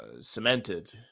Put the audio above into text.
cemented